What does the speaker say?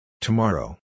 Tomorrow